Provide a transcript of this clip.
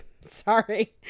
Sorry